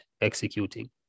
executing